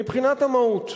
מבחינת המהות,